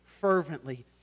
fervently